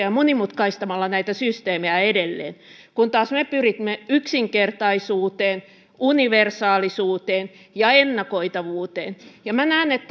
ja monimutkaistamalla näitä systeemejä edelleen kun taas me pyrimme yksinkertaisuuteen universaalisuuteen ja ennakoitavuuteen minä näen että